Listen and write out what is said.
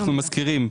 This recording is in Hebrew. אנחנו מזכירים.